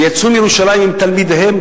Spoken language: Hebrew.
ויצאו מירושלים עם תלמידיהם.